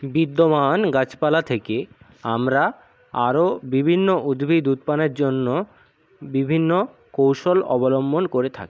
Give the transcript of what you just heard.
বিদ্যমান গাছপালা থেকে আমরা আরও বিভিন্ন উদ্ভিদ উৎপন্নের জন্য বিভিন্ন কৌশল অবলম্বন করে থাকি